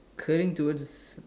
curling towards